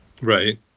Right